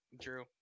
Drew